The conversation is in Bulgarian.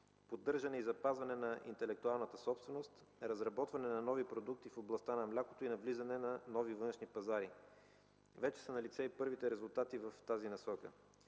поддържане и запазване на интелектуалната собственост, разработване на нови продукти в областта на млякото и навлизане на нови външни пазари. Вече са налице и първите резултати в тази насока.